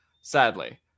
sadly